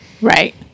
right